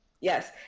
Yes